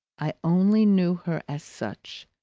i only knew her as such.